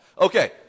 Okay